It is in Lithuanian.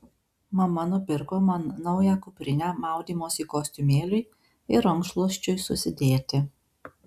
mama nupirko man naują kuprinę maudymosi kostiumėliui ir rankšluosčiui susidėti